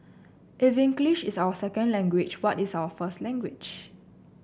if English is our second language what is our first language